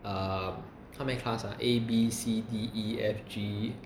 um how many class ah A B C D E F G